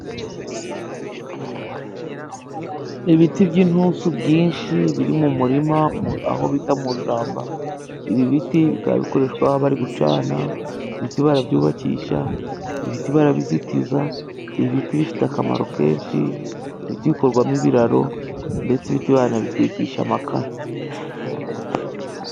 Ibiti by'intusu byinshi biri mu murima aho bita mu ishyamba ibi biti bikaba bikoreshwa bari gucana ibi biti bara byubakisha, ibi biti barabizitiza, ibi biti bifite akamaro kenshi, ibi biti bikurwamo ibiraro ndetse ibiti bana bitwikisha amakara.